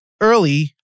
early